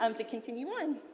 um to continue on.